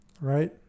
right